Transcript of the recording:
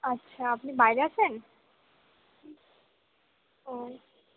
আচ্ছা আপনি বাইরে আছেন ও